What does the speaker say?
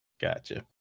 Gotcha